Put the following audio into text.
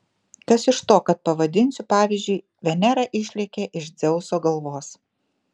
kas iš to kad pavadinsiu pavyzdžiui venera išlėkė iš dzeuso galvos